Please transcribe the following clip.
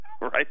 right